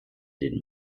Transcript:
den